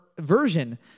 version